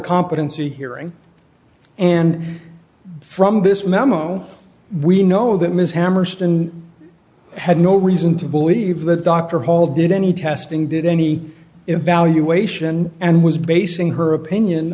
competency hearing and from this memo we know that ms hammerstone had no reason to believe that dr hall did any testing did any evaluation and was basing her opinion